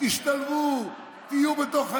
תשתלבו, תהיו בתוך העניין,